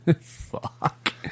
Fuck